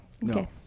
no